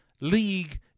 league